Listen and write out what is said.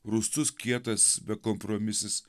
rūstus kietas bekompromisis